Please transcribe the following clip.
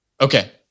Okay